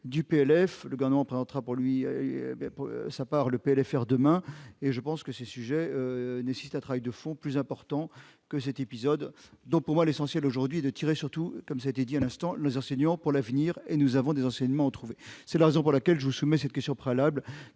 du PLF le ballon présentera pour lui mais pour sa part le PLFR demain et je pense que ces sujets nécessite un travail de fond plus importants que cette épisode donc pour moi l'essentiel aujourd'hui de tirer sur tout, comme ça a été dit à l'instant, les enseignants pour l'avenir et nous avons des enseignements trouver, c'est la raison pour laquelle je vous soumets cette question préalable,